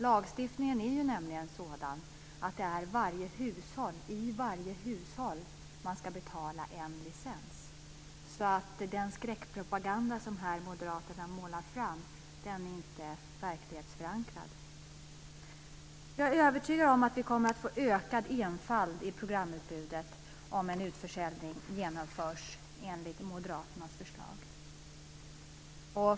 Lagstiftningen är nämligen sådan att varje hushåll ska betala en licens, så den skräckpropaganda som Moderaterna här målar upp är inte verklighetsförankrad. Jag är övertygad om att vi kommer att få ökad enfald i programutbudet om en utförsäljning genomförs enligt Moderaternas förslag.